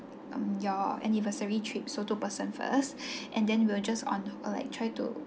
um your anniversary trip so two person first and then we'll just on or like try to